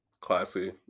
classy